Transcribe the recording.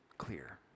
clear